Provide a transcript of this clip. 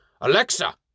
Alexa